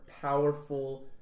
powerful